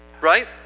Right